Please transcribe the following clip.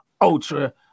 Ultra